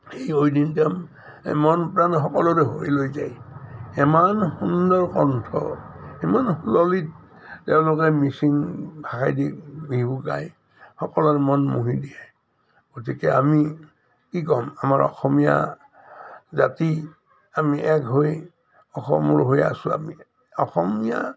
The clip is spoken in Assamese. এই ঐনিতম মন প্ৰাণ সকলোৰে হৰি লৈ যায় ইমান সুন্দৰ কণ্ঠ ইমান সুললিত তেওঁলোকে মিচিং ভাষাইদি বিহু গায় সকলোৰে মন মুহি দিয়ে গতিকে আমি কি ক'ম আমাৰ অসমীয়া জাতি আমি এক হৈ অসমৰ হৈ আছোঁ আমি অসমীয়া